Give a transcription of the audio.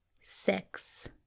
Six